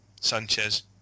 Sanchez